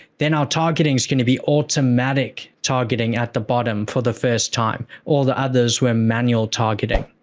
then our targeting is going to be automatic targeting at the bottom for the first time. all the others were manual targeting.